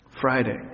Friday